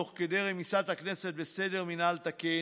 תוך כדי רמיסת הכנסת וסדר מינהל תקין,